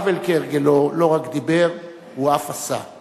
האוול, כהרגלו, לא רק דיבר, הוא אף עשה.